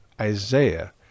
isaiah